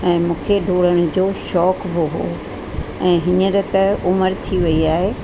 मूंखे डोड़नि जो शौक़ु हूंदो हुओ ऐं हींअर त उमिरि थी वेई आहे